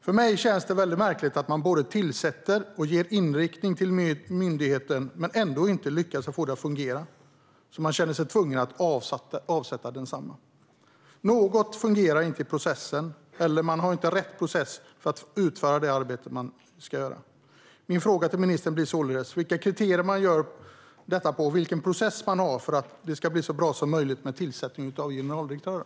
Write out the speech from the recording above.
För mig känns det väldigt märkligt att man tillsätter en generaldirektör och ger inriktning till myndigheten men ändå inte lyckas få det att fungera, så man känner sig tvungen att avsätta generaldirektören. Något fungerar inte i processen, eller så har man inte rätt process för att utföra det arbete som man ska göra. Min fråga till ministern blir således: Vilka kriterier har man för detta, och vilken process har man för att det ska bli så bra som möjligt med tillsättning av generaldirektörer?